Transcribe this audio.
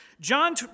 John